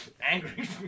Angry